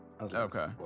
okay